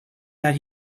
that